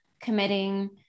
committing